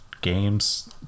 games